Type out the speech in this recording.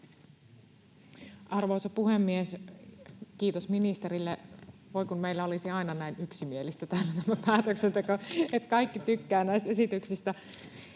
Arvoisa puhemies! Kiitos ministerille. Voi, kun meillä olisi aina näin yksimielistä täällä tämä päätöksenteko, että kaikki tykkäävät näistä esityksistä.